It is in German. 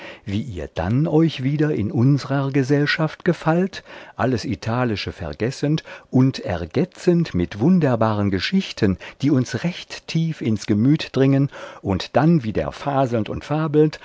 wie ihr dann euch wieder in unsrer gesellschaft gefallt alles italische vergessend und ergötzend mit wunderbaren geschichten die uns recht tief ins gemüt dringen und dann wieder faselnd und fabelnd